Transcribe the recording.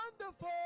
wonderful